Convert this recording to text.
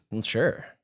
sure